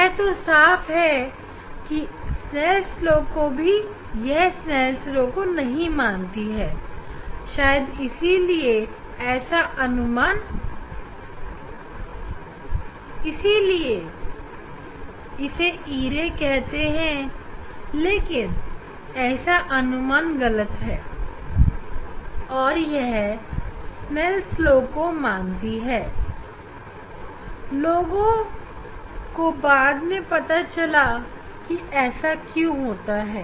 यह सकते हैं कि शायद यह स्नेल ला को नहीं मानती है लेकिन ऐसा अनुमान गलत है और यह स्नेल ला को मानती है और लोगों को बाद में पता लगा कि ऐसा क्यों होता है